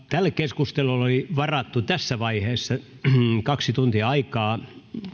tälle keskustelulle oli varattu tässä vaiheessa kaksi tuntia aikaa